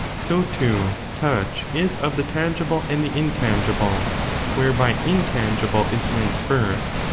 so, too, touch is of the tangible and the intangible where by intangible is meant, first,